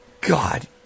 God